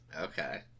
Okay